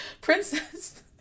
princess